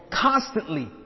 constantly